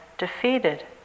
defeated